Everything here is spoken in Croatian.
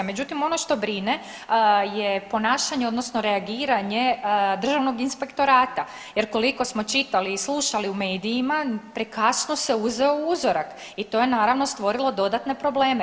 Međutim, ono što brine je ponašanje odnosno reagiranje Državnog inspektorata jer koliko smo čitali i slušali u medijima prekasno se uzeo uzorak i to je naravno stvorilo dodatne probleme.